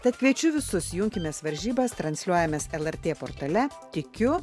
tad kviečiu visus junkimės varžybas transliuojamės lrt portale tikiu